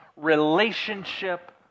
relationship